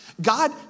God